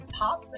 pop